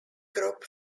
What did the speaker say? group